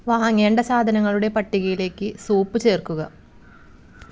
വാങ്ങേണ്ട സാധനങ്ങളുടെ പട്ടികയിലേക്ക് സൂപ്പ് ചേർക്കുക